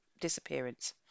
disappearance